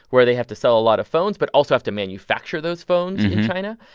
where they have to sell a lot of phones but also have to manufacture those phones in china.